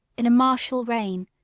in a martial reign,